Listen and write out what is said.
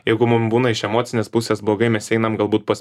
jeigu mum būna iš emocinės pusės blogai mes einam galbūt pas